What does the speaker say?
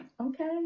okay